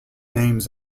names